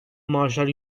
maaşlar